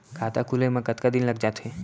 खाता खुले में कतका दिन लग जथे?